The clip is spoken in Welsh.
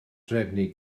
drefnu